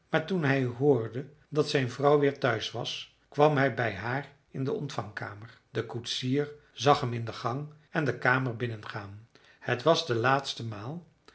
maar toen hij hoorde dat zijn vrouw weer thuis was kwam hij bij haar in de ontvangkamer de koetsier zag hem in de gang en de kamer binnengaan het was de laatste maal